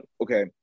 Okay